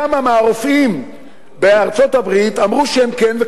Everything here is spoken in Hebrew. כמה מהרופאים בארצות-הברית אמרו שהם כן מוכנים,